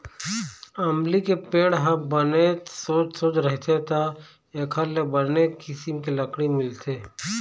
अमली के पेड़ ह बने सोझ सोझ रहिथे त एखर ले बने किसम के लकड़ी मिलथे